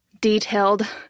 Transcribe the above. detailed